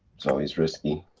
it's always risky.